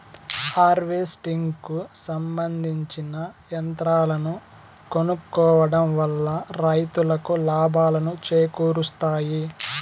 harvesting కు సంబందించిన యంత్రాలను కొనుక్కోవడం వల్ల రైతులకు లాభాలను చేకూరుస్తాయి